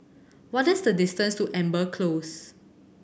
what is the distance to Amber Close